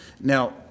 Now